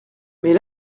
mais